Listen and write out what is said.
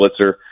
blitzer